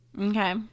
Okay